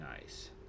nice